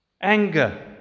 Anger